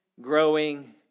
growing